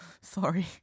sorry